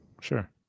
Sure